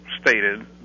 stated